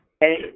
Hey